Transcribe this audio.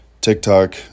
TikTok